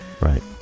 right